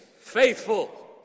faithful